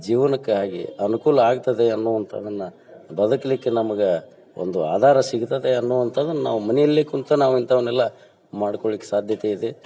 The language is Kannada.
ಜೀವನಕ್ಕಾಗಿ ಅನುಕೂಲ ಆಗ್ತದೆ ಅನ್ನುವಂಥದ್ದನ್ನು ಬದುಕ್ಲಿಕ್ಕೆ ನಮ್ಗೆ ಒಂದು ಆಧಾರ ಸಿಗ್ತದೆ ಅನ್ನುವಂಥದ್ದನ್ನು ನಾವು ಮನೆಯಲ್ಲೇ ಕೂತು ನಾವು ಇಂಥವನ್ನೆಲ್ಲ ಮಾಡ್ಕೊಳ್ಲಿಕ್ಕೆ ಸಾಧ್ಯತೆ ಇದೆ